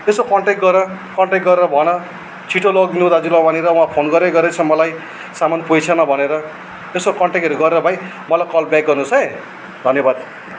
यसो कन्ट्याक गर कन्ट्याक गरेर भन छिटो लगिदिनु दाजुलाई वहाँनिर वहाँ फोन गरेको गरेको छ मलाई सामान पुगेको छैन भनेर यसो कन्ट्याकहरू गरेर भाइ मलाई कल ब्याक गर्नुहोस् है धन्यवाद